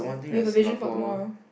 we have a vision for tomorrow